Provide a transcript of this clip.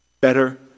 better